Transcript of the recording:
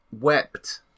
wept